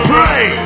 Pray